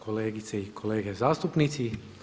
Kolegice i kolege zastupnici.